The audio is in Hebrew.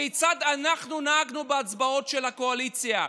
כיצד אנחנו נהגנו בהצבעות של הקואליציה: